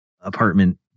apartment